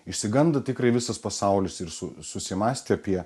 išsigando tikrai visas pasaulis ir su susimąstė apie